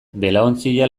belaontzia